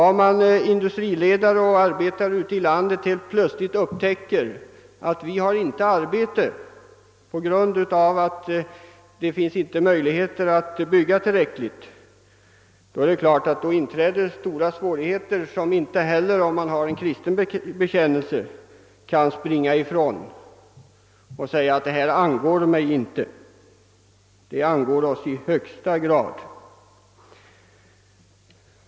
Om industriledarna och arbetarna i vårt land helt plötsligt ställs i den situationen, att det inte finns arbete på grund av bristande byggnadsmöjligheter, inträder självfallet stora svårigheter, som inte heller de som har en kristen bekännelse kan underlåta att känna ansvar för. De angår oss i högsta grad.